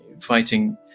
fighting